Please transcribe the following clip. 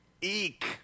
Eek